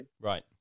Right